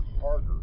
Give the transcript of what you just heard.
harder